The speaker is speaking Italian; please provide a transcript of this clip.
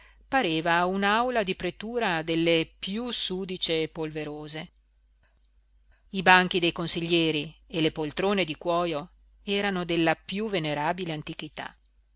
pareva un'aula di pretura delle piú sudice e polverose i banchi dei consiglieri e le poltrone di cuojo erano della piú venerabile antichità